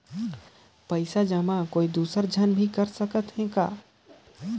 पइसा जमा कोई दुसर झन भी कर सकत त ह का?